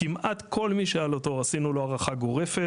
כמעט כל מי שהיה לו תור, עשינו לא הארכה גורפת.